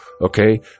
okay